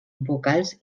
vocals